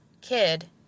kid